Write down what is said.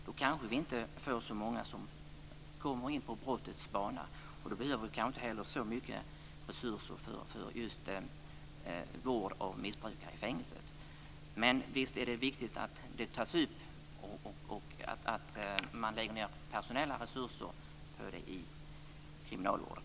Då kanske vi inte får så många som kommer in på brottets bana, och då behöver vi kanske inte så mycket resurser för just vård av missbrukare i fängelset. Men visst är det viktigt att det tas upp och att man lägger ned personella resurser på det inom kriminalvården.